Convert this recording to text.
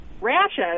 rashes